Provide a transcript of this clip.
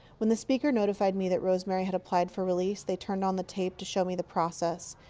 when the speaker notified me that rosemary had applied for release, they turned on the tape to show me the process.